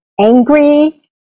Angry